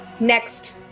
next